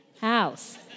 house